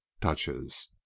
touches